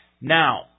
Now